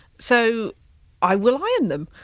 so i will iron them.